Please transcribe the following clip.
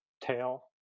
tail